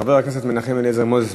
חבר הכנסת מנחם אליעזר מוזס,